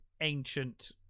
ancient